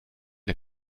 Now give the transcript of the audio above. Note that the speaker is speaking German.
der